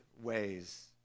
ways